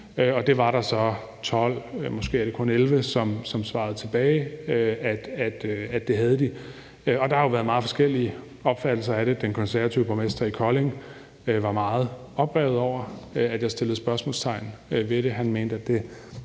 eller måske var det kun 11 kommuner, som svarede, at det havde de. Og der har været meget forskellige opfattelser af det. Den konservative borgmester i Kolding var meget oprørt over, at jeg satte spørgsmålstegn ved det. Han mente, at det